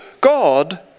God